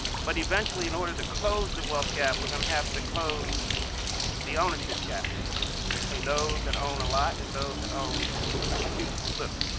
but eventually in order to close the wealth gap we're going to have to close the ownership gap between those that own a lot and those that own too too little.